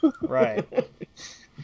Right